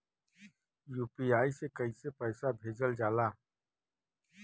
UPI से कइसे पैसा भेजल जाला?